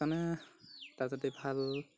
সেইকাৰণে তাত যদি ভাল